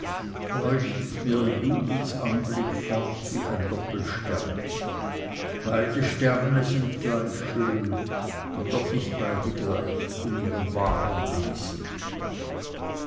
leuchtet mir judiths anblick fort wie ein doppelstern beide sterne sind gleich schön und doch nicht beide gleich in ihrem wahren wesen